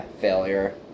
failure